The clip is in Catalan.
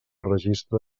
registre